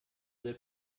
sehr